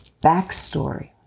Backstory